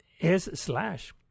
S-slash